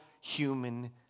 human